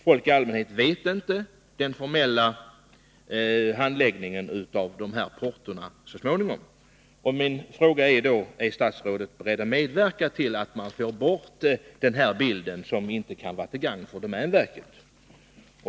Folk i allmänhet känner inte till hur den formella handläggningen går till när det gäller portona. Mot den bakgrunden vill jag fråga: Är statsrådet beredd att medverka till att man undviker att skapa det här intrycket, vilket inte kan vara till gagn för domänverket?